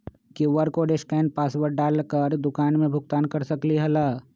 QR code scan password डाल कर दुकान में भुगतान कर सकलीहल?